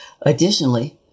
Additionally